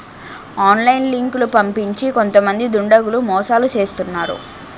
online లింకులు పంపించి కొంతమంది దుండగులు మోసాలు చేస్తున్నారు